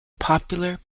popular